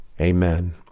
Amen